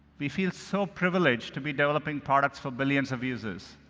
we feel so privileged to be developing products for billions of users.